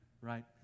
right